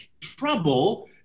trouble